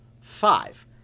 Five